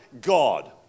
God